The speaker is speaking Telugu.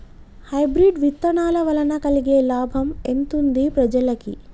హైబ్రిడ్ విత్తనాల వలన కలిగే లాభం ఎంతుంది ప్రజలకి?